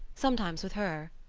sometimes with her,